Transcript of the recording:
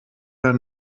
der